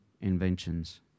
inventions